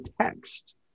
text